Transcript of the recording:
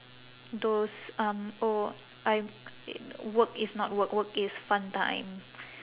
those um oh I work is not work work is fun time